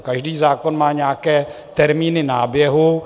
Každý zákon má nějaké termíny náběhu.